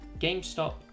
GameStop